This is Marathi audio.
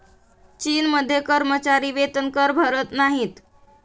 चीनमध्ये कर्मचारी वेतनकर भरत नाहीत